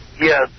Yes